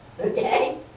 okay